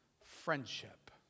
friendship